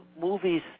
movies